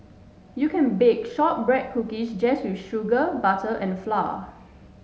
you can bake shortbread cookies just with sugar butter and flour